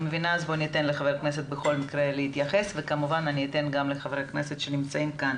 אז אני אתן לחבר כנסת להתייחס וכמובן אני אתן לחברי הכנסת שנמצאים כאן